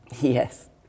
Yes